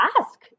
ask